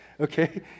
okay